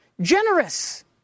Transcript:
generous